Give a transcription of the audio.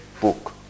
book